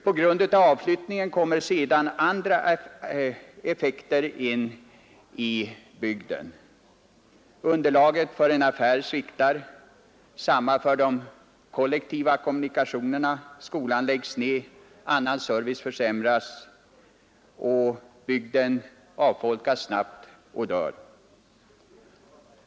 På grund av avflyttningen kommer sedan andra effekter in i bygden: underlaget för en affär sviktar, detsamma gäller de kollektiva kommunikationerna, skolan läggs ned, annan service försämras och bygden avfolkas snabbt och dör.